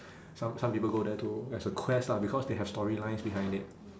some some people go there to as a quest lah because they have storylines behind it